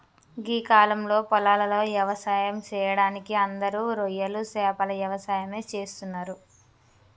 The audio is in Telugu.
గీ కాలంలో పొలాలలో వ్యవసాయం సెయ్యడానికి అందరూ రొయ్యలు సేపల యవసాయమే చేస్తున్నరు